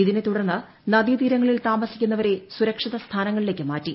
ഇതിനെ തുടർന്ന് നദീതീരങ്ങളിൽ താമസിക്കുന്നവരെ സുരക്ഷിത സ്ഥാനങ്ങളിലേക്ക് മാറ്റി